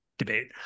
debate